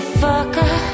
fucker